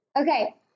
Okay